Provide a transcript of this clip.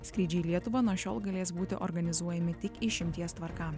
skrydžiai į lietuvą nuo šiol galės būti organizuojami tik išimties tvarka